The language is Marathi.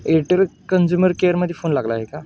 एअरटेल कंज्युमर केअरमध्ये फोन लागला आहे का